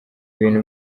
bintu